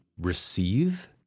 receive